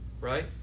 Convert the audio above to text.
right